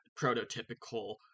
prototypical